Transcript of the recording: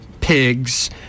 pigs